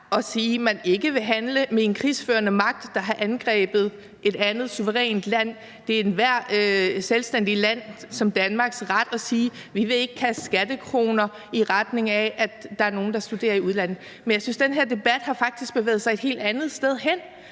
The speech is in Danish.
at sige, at man ikke vil handle med en krigsførende magt, der har angrebet et andet suverænt land. Det er ethvert selvstændigt land som Danmarks ret at sige: Vi vil ikke kaste skattekroner i retning af, at der er nogle, der studerer i udlandet. Men jeg synes, den her debat faktisk har bevæget sig et helt andet sted hen.